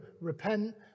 Repent